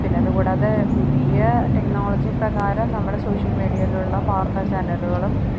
പിന്നതുകൂടാതെ പുതിയ ടെക്നോളജി പ്രകാരം നമ്മൾ സോഷ്യല് മീഡിയയിലുള്ള വാര്ത്താചാനലുകളും